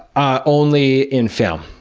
ah only in film.